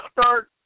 start